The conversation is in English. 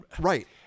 Right